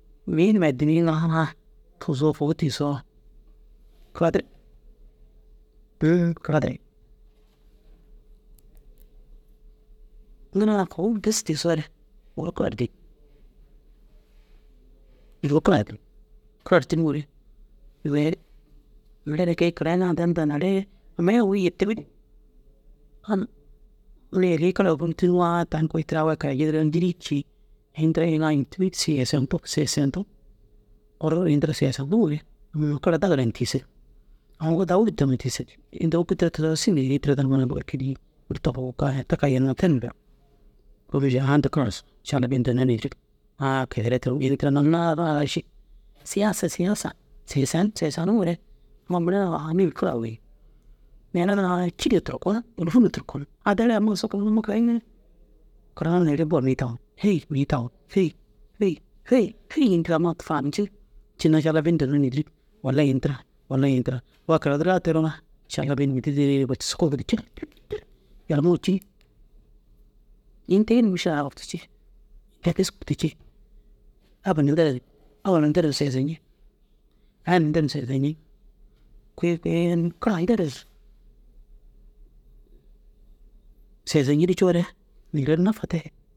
A nuu diziyaa ŋa ru kôlunum ncii kôi te ru neere i ini daguma geeniŋ. A kôi tira in tira in tira te kôoli geentimmi. Naazire hee tani ai nuu fadirii jiŋa na ini ai tani nufadirii jiŋa buru bu ran. Amma kunno ru coo na kira ai kirayaan. Unnu alhamdîllaa owel kira ai unnu kirantirdaa daa fatirii jiki dazaga mire na ini tira kirig. Unnu fatiroo daa fatirig fatirdoo buraiŋaa amma kuri u curuu kirayi mustugbaluu mustagbil geeyaan. Inii kirayaan neere aŋkal numa dîliiŋ. Neere nuŋu wuru tama gali ntigisig. Neere naa rôzire ntiisig. Bin tiisoo bini yege ema derig kôi tira ini terig nii duro ru înni buraniŋ. Kôoli te bêi unnu. Au ini kuri ciŋa inta wurde nimii wurde numa galli karramu. Wurde numee ini ncufaruu gis yen. Erru nuŋoo yerru, yîr yiŋoo yîr, usso yiŋoo usso neere kôoli dau baammi. Abba taŋu dauruu aya taŋu dauruu hêyi unnu mire umi ai kee cee? Ai wa aya numa kee bêi. Aya numa kunno na teroo aya numii ôora untoo ôora yîsii ye yaa murdom ye kiši ru gonci. Faamume kiši ru gonci kiši ru gonci ŋa in mire i naana ini intai dawii gisii bussu